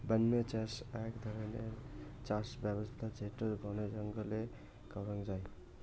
বন্য চাষ আক ধরণের চাষ ব্যবছস্থা যেটো বনে জঙ্গলে করাঙ যাই